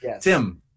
Tim